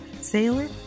sailor